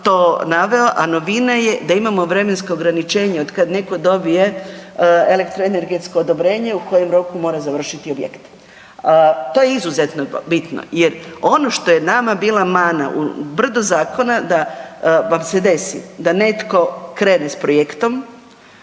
To je izuzetno bitno jer ono što je nama bila mana u brdo zakona da vam se desi da netko krene s projektom,